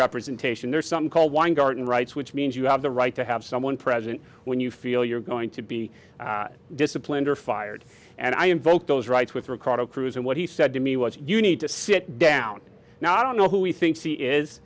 representation or some call weingarten rights which means you have the right to have someone present when you feel you're going to be disciplined or fired and i invoked those rights with ricardo cruz and what he said to me was you need to sit down now i don't know who he thinks he is